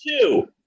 two